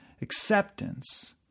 acceptance